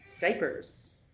Diapers